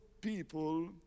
people